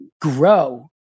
grow